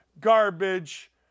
garbage